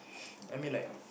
I mean like